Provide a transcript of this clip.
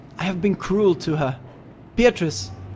i have been cruel to her beatrice!